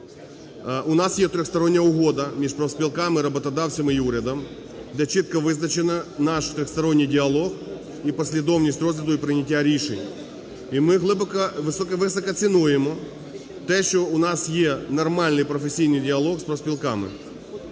У нас є трьохстороння угода між профспілками, роботодавцями і урядом, де чітко визначено наш трьохсторонній діалог, і послідовність розгляду і прийняття рішень. І ми глибоко… високо цінуємо те, що у нас є нормальний професійний діалог з профспілками.